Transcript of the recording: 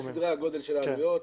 זה סדרי הגודל של העלויות.